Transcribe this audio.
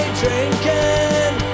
drinking